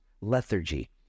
lethargy